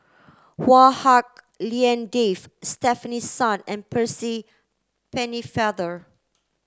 Chua Hak Lien Dave Stefanie Sun and Percy Pennefather